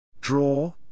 Draw